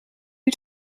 you